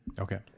Okay